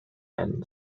and